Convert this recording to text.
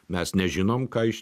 mes nežinom ką iš